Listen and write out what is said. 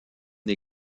une